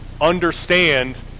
Understand